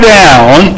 down